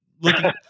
looking